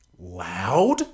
loud